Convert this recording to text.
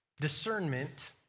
discernment